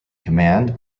command